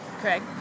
Craig